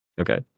okay